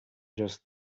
just